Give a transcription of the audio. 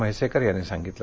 म्हैसेकर यांनी सांगितलं